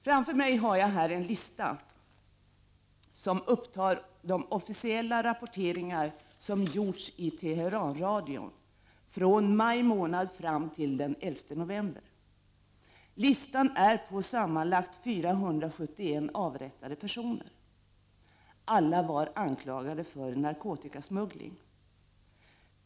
Framför mig har jag en lista som upptar de officiella rapporteringar som gjorts i Teheranradion från maj månad fram till den 11 november. Listan upptar sammanlagt 471 avrättade personer. Alla var anklagade för narkotikasmuggling.